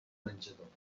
menjador